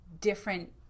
different